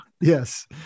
Yes